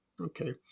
Okay